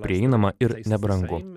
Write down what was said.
prieinama ir nebrangu